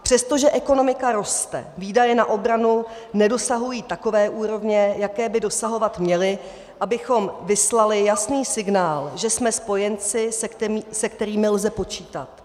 Přestože ekonomika roste, výdaje na obranu nedosahují takové úrovně, jaké by dosahovat měly, abychom vyslali jasný signál, že jsme spojenci, se kterými lze počítat.